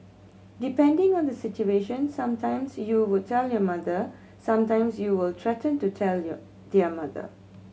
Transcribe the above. depending on the situation some times you would tell your mother some times you will threaten to tell your their mother